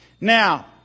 Now